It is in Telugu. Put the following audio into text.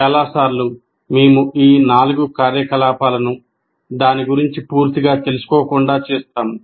చాలా సార్లు మేము ఈ నాలుగు కార్యకలాపాలను దాని గురించి పూర్తిగా తెలుసుకోకుండా చేస్తాము